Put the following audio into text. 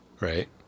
Right